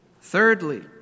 Thirdly